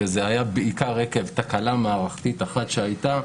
וזה היה בעיקר עקב תקלה מערכתית אחת שהייתה.